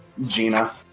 Gina